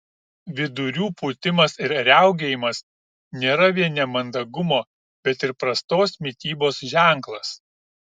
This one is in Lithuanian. vidurių pūtimas ir riaugėjimas nėra vien nemandagumo bet ir prastos mitybos ženklas